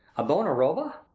a bona roba?